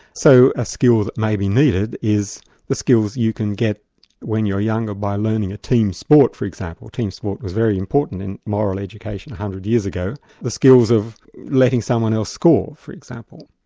so a skill that may be needed is the skills you can get when you're younger, by learning a team sport for example. team sport was very important in moral education one hundred years ago the skills of letting someone else score for example.